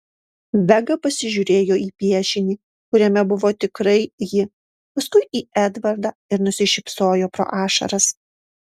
vega pasižiūrėjo į piešinį kuriame buvo tikrai ji paskui į edvardą ir nusišypsojo pro ašaras